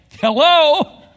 hello